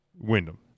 Wyndham